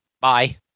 Bye